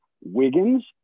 Wiggins